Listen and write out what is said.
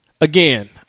again